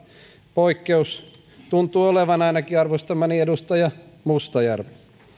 poikkeus tuntuu olevan ainakin arvostamani edustaja mustajärvi